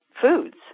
foods